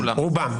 רובם.